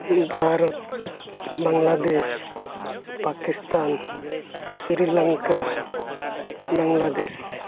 Bharat Bangladesh Pakistan Sri Lanka Bangladesh